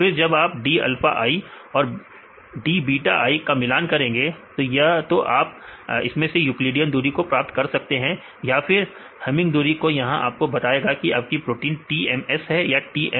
फिर जब आप d अल्फा i और d बीटा i का मिलान करेंगे तो या तो आप इसमें से यूक्लिडियन दूरी को प्राप्त कर सकते हैं या फिर हेमिंग दूरी को यहां आपको बताएगा कि आपकी प्रोटीन TMS है या TMH